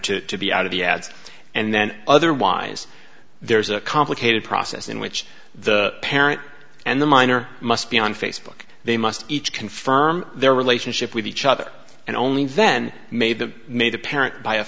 to be out of the ads and then otherwise there's a complicated process in which the parent and the minor must be on facebook they must each confirm their relationship with each other and only then made the made the parent by a